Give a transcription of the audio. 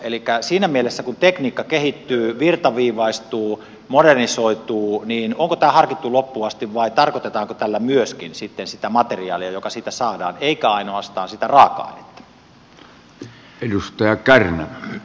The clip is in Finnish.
elikkä siinä mielessä kun tekniikka kehittyy virtaviivaistuu modernisoituu niin onko tämä harkittu loppuun asti vai tarkoitetaanko tällä myöskin sitten sitä materiaalia joka siitä saadaan eikä ainoastaan sitä raaka ainetta